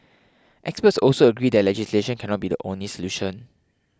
experts also agree that legislation cannot be the only solution